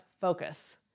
focus